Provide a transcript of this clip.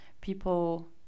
people